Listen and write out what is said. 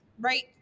Right